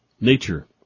nature